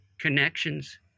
connections